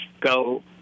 go